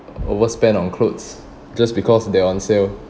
overspend on clothes just because they're on sale